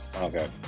Okay